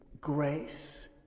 grace